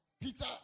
Peter